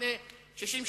לפני 60 שנה.